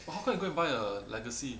but how come you go and buy a legacy